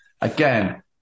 Again